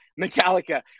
Metallica